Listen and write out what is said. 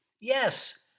Yes